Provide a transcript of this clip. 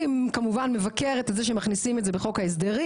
היא כמובן מבקרת את זה שמכניסים את זה בחוק ההסדרים,